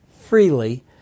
freely